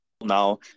Now